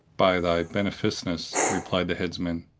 by thy beneficence! replied the headsman,